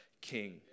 King